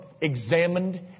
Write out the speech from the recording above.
examined